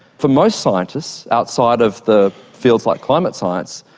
for most scientists outside of the fields like climate science,